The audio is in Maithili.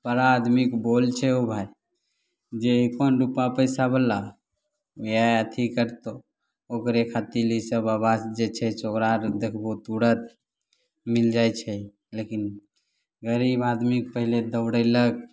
बड़ा आदमीके बोल छै भाइ जे अखन रूपा पैसा बला ओएह अथी करतौ ओकरे खातिर ईसब आबास जे छै ओकरा जे देखबहो तुरत मिल जाइ छै लेकिन गरीब आदमीके पहिले दौड़ेलक